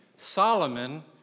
Solomon